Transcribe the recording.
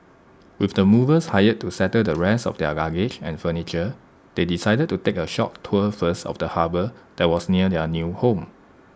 with the movers hired to settle the rest of their luggage and furniture they decided to take A short tour first of the harbour that was near their new home